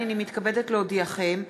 הנני מתכבדת להודיעכם,